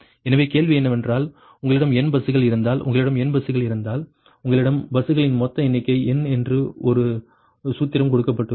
எனவே கேள்வி என்னவென்றால் உங்களிடம் n பஸ்கள் இருந்தால் உங்களிடம் n பஸ்கள் இருந்தால் உங்களிடம் பஸ்களின் மொத்த எண்ணிக்கை n என்று ஒரு சூத்திரம் கொடுக்கப்பட்டது